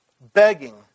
begging